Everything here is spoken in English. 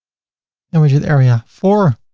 and widget area four.